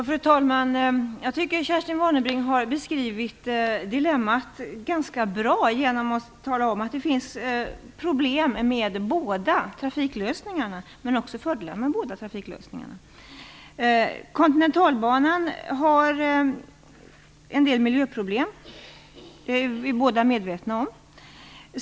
Fru talman! Kerstin Warnerbring har beskrivit dilemmat ganska bra genom att tala om att det finns problem, men också fördelar, med båda trafiklösningarna. Kontinentalbanan för med sig en del miljöproblem. Det är vi båda medvetna om.